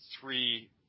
three